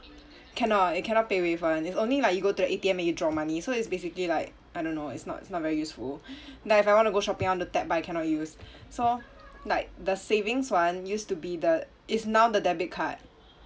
cannot you cannot paywave [one] it's only like you go to the A_T_M and you draw money so it's basically like I don't know it's not it's not very useful like if I wanna go shopping I wanna tap but I cannot use so like the savings one used to be the is now the debit card